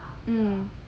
mm